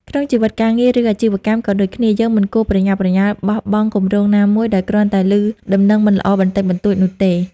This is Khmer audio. ក្នុងជីវិតការងារ ឬអាជីវកម្មក៏ដូចគ្នា យើងមិនគួរប្រញាប់ប្រញាល់បោះបង់គម្រោងណាមួយ ដោយគ្រាន់តែឮដំណឹងមិនល្អបន្តិចបន្តួចនោះទេ។